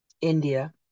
India